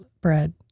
bread